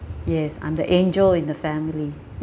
yes I'm the angel in the family